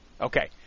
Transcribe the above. Okay